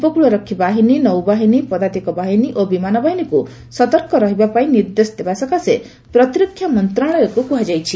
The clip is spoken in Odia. ଉପକୃଳରକ୍ଷୀ ବାହିନୀ ନୌବାହିନୀ ପଦାତିକ ବାହିନୀ ଓ ବିମାନ ବାହିନୀକୁ ସତର୍କ ରହିବା ପାଇଁ ନିର୍ଦ୍ଦେଶ ଦେବା ସକାଶେ ପ୍ରତିରକ୍ଷା ମନ୍ତ୍ରଣାଳୟକୁ କୁହାଯାଇଛି